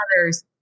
others